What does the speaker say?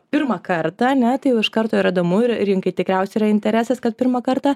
pirmą kartą ane tai jau iš karto yra įdomu ir rinkai tikriausiai yra interesas kad pirmą kartą